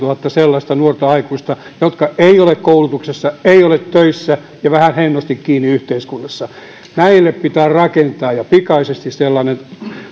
kuusikymmentäyhdeksäntuhatta sellaista nuorta aikuista jotka eivät ole koulutuksessa eivät ole töissä ja ovat vähän hennosti kiinni yhteiskunnassa näille pitää rakentaa ja pikaisesti sellainen